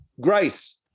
grace